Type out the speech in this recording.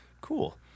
Cool